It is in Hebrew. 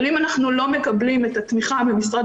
אבל אם אנחנו לא מקבלים את התמיכה ממשרד